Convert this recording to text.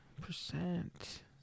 Percent